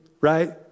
right